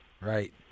Right